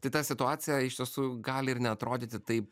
tai ta situacija iš tiesų gali ir neatrodyti taip